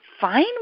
fine